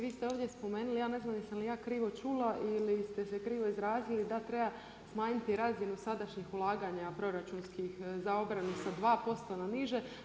Vi ste ovdje spomenuli, ja ne znam jesam li ja krivo čula ili ste se krivo izrazili da treba smanjiti razinu sadašnjih ulaganja proračunskih za obranu sa 2% na niže.